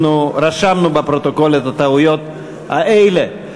אנחנו רשמנו בפרוטוקול את הטעויות האלה.